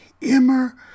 Immer